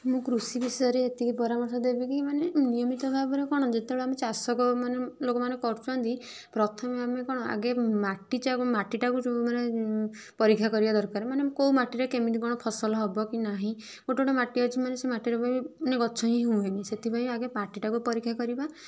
ମୁଁ କୃଷି ବିଷୟରେ ଏତିକି ପରାମର୍ଶ ଦେବିକି ମାନେ ନିୟମିତ ଭାବରେ କଣ ଯେତେବେଳେ ଆମେ ଚାଷ ମାନେ ଲୋକମାନେ କରୁଛନ୍ତି ପ୍ରଥମେ ଆମେ କଣ ଆଗେ ମାଟି ଚା ମାଟିଟାକୁ ଯଉ ମାନେ ପରିକ୍ଷା କରିବା ଦରକାର ମାନେ କେଉଁ ମାଟିରେ କେମିତି କଣ ଫସଲ ହେବ କି ନାହିଁ ଗୋଟେ ଗୋଟେ ମାଟି ଅଛି ମାନେ ମାଟି ମାନେ ଗଛ ହିଁ ହୁଏନି ସେଥିପାଇଁ ଆଗେ ମାଟିଟାକୁ ପରୀକ୍ଷା କରିବା